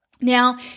Now